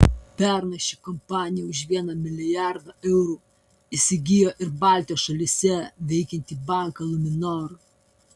pernai ši kompanija už vieną milijardą eurų įsigijo ir baltijos šalyse veikiantį banką luminor